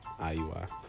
IUI